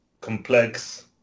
complex